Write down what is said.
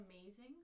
amazing